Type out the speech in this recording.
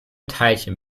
teilchen